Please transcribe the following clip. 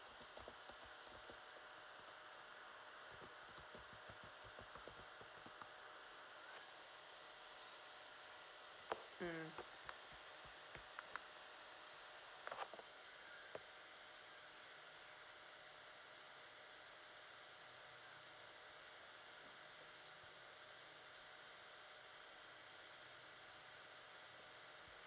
mm